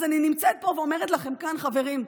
אז אני נמצאת פה ואומרת לכם כאן, חברים,